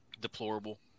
deplorable